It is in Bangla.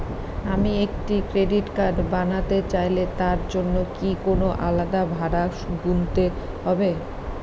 আমি একটি ক্রেডিট কার্ড বানাতে চাইলে তার জন্য কি কোনো আলাদা ভাড়া গুনতে হবে?